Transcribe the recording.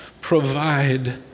provide